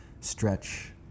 stretch